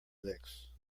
licks